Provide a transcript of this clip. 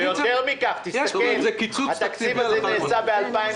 ויותר מכך, תסתכל: התקציב הזה נעשה ב-2017,